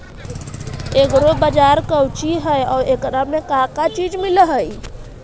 Agri बाजार कोची हई और एकरा में का का चीज मिलै हई?